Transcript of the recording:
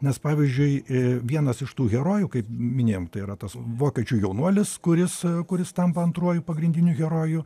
nes pavyzdžiui i vienas iš tų herojų kaip minėjom tai yra tas vokiečių jaunuolis kuris kuris tampa antruoju pagrindiniu heroju